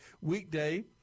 weekday